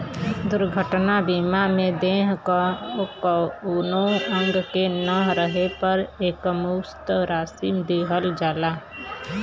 दुर्घटना बीमा में देह क कउनो अंग के न रहे पर एकमुश्त राशि दिहल जाला